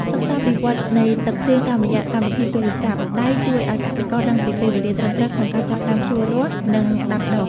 សិក្សាពីវដ្តនៃទឹកភ្លៀងតាមរយៈកម្មវិធីទូរស័ព្ទដៃជួយឱ្យកសិករដឹងពីពេលវេលាត្រឹមត្រូវក្នុងការចាប់ផ្ដើមភ្ជួររាស់និងដាំដុះ។